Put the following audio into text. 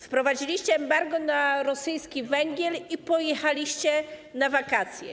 Wprowadziliście embargo na rosyjski węgiel i pojechaliście na wakacje.